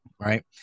Right